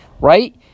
right